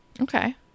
Okay